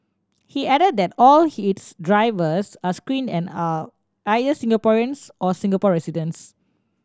he added that all he its drivers are screened and are either Singaporeans or Singapore residents